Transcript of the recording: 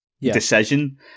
decision